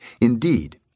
Indeed